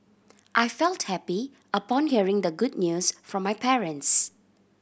I felt happy upon hearing the good news from my parents